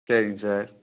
சரிங்க சார்